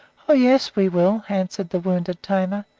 oh, yes, we will! answered the wounded tamer.